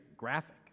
graphic